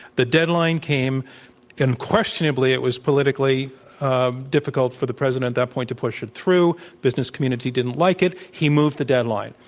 the deadline came and que stionably it was politically difficult for the president at that point to push it through. business community didn't like it. he moved the deadline.